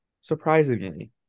Surprisingly